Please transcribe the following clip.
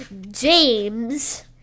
james